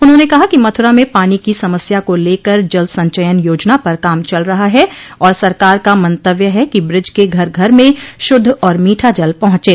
उन्होंने कहा कि मथुरा में पानी की समस्या को लेकर जल संचयन योजना पर काम चल रहा है और सरकार का मंतव्य है कि ब्रज के घर घर में शुद्ध और मीठा जल पहुंचे